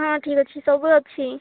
ହଁ ଠିକ୍ ଅଛି ସବୁ ଅଛି